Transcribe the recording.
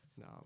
no